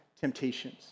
temptations